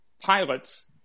pilots